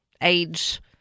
age